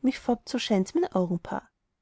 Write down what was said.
mich foppt so scheint's mein augenpaar